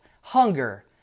Hunger